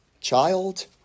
child